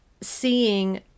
seeing